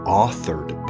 authored